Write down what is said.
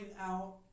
out